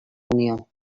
unió